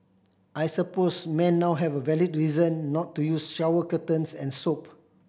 I suppose men now have a valid reason not to use shower curtains and soap